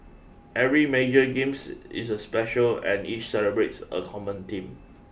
every major games is a special and each celebrates a common theme